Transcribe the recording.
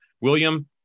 William